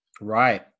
Right